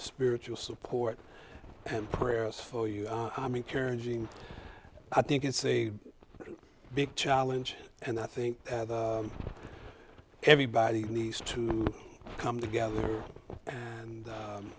spiritual support and prayers for you i'm encouraging i think it's a big challenge and i think everybody needs to come together and